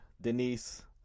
Denise